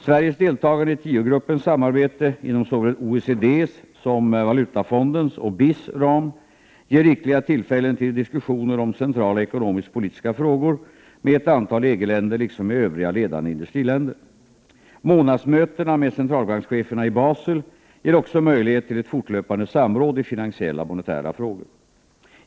Sveriges deltagande i tio-gruppens samarbete, inom såväl OECD:s som IMF:s och BIS ram, ger rikliga tillfällen till diskussioner om centrala ekonomisk-politiska frågor med ett antal EG-länder liksom med övriga ledande industriländer. Månadsmötena med centralbankscheferna i Basel ger också möjlighet till ett fortlöpande samråd i finansiella och monetära frågor.